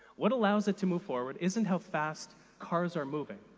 what allows it to move forward isn't how fast cars are moving,